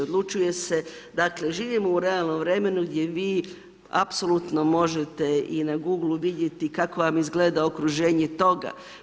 Odlučuje se dakle, živimo u realnom vremenu gdje vi apsolutno možete i na google-u vidjeti kako vam izgleda okruženje toga.